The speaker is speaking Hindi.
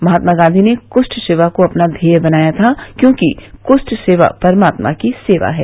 महात्मा गांधी ने कुष्ठ सेवा को अपना ध्येय बनाया था क्योंकि कुष्ठ सेवा परमात्मा की सेवा है